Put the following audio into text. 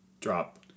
Drop